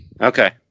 Okay